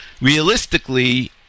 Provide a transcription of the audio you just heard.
realistically